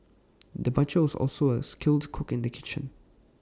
the butcher was also A skilled cook in the kitchen